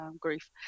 grief